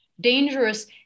dangerous